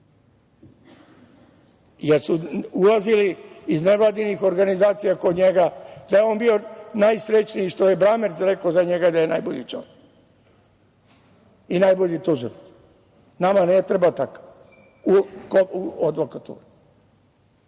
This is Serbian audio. jer su ulazili iz nevladinih organizacija kod njega, on je bio najsrećniji što je Bramerc rekao za njega da je najbolji čovek i najbolji tužilac. Nama ne treba takav u advokaturi. Znate